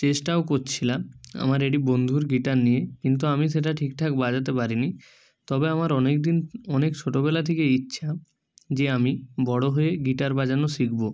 চেষ্টাও করছিলাম আমার একটি বন্ধুর গিটার নিয়ে কিন্তু আমি সেটা ঠিকঠাক বাজাতে পারি নি তবে আমার অনেক দিন অনেক ছোটোবেলা থেকেই ইচ্ছা যে আমি বড়ো হয়ে গিটার বাজানো শিখবো